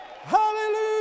Hallelujah